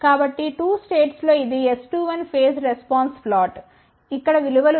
కాబట్టి 2 స్టేట్స్ లో ఇది S21 ఫేజ్ రెస్పాన్స్ ప్లాట్ ఇక్కడ విలువలు ఉన్నాయి